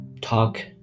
talk